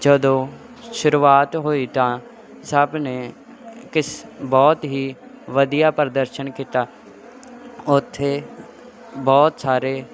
ਜਦੋਂ ਸ਼ੁਰੂਆਤ ਹੋਈ ਤਾਂ ਸਭ ਨੇ ਕਿਸ ਬਹੁਤ ਹੀ ਵਧੀਆ ਪ੍ਰਦਰਸ਼ਨ ਕੀਤਾ ਉੱਥੇ ਬਹੁਤ ਸਾਰੇ